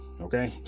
okay